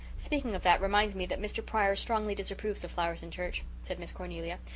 speaking of that reminds me that mr. pryor strongly disapproves of flowers in church, said miss cornelia.